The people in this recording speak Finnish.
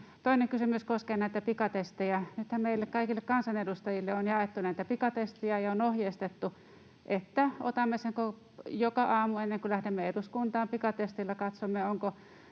Toinen kysymys koskee näitä pikatestejä. Nythän meille kaikille kansanedustajille on jaettu näitä pikatestejä ja on ohjeistettu, että otamme sen joka aamu, ennen kuin lähdemme eduskuntaan. Pikatesteillä katsomme,